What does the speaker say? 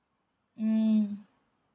mm